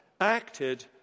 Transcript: acted